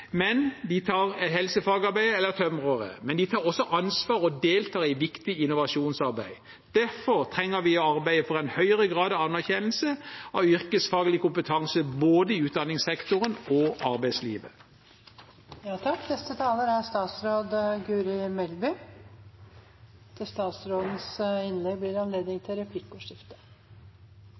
eller tømrere, men som også tar ansvar og deltar i viktig innovasjonsarbeid. Derfor trenger vi å arbeide for en høyere grad av anerkjennelse av yrkesfaglig kompetanse, både i utdanningssektoren og arbeidslivet. Skolen har både et danningsoppdrag og et utdanningsoppdrag. Den samlede opplæringen og fagenes sammensetning skal bidra til